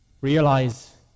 realize